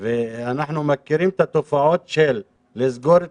ואנחנו מכירים את התופעות של לסגור את